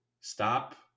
Stop